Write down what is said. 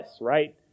right